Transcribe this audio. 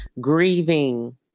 grieving